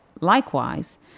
Likewise